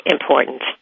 important